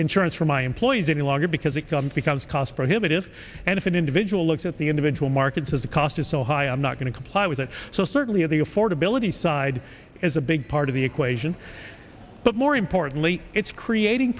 insurance for my employees any longer because it comes becomes cost prohibitive and if an individual looks at the individual markets as the cost is so high i'm not going to comply with that so certainly the affordability side is a big part of the equation but more importantly it's creating